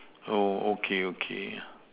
oh okay okay